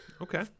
Okay